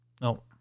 No